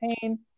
pain